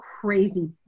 crazy